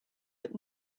but